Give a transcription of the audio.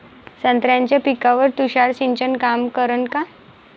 संत्र्याच्या पिकावर तुषार सिंचन काम करन का?